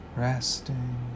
Resting